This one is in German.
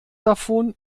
davon